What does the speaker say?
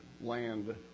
Land